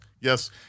Yes